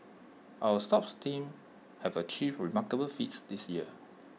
our sports teams have achieved remarkable feats this year